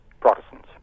Protestants